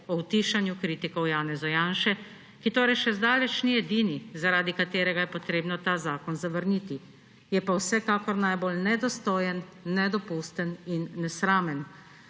o utišanju kritikov Janeza Janše, ki torej še zdaleč ni edini, zaradi katerega je treba ta zakon zavrniti, je pa vsekakor najbolj nedostojen, nedopusten in nesramen.